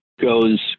goes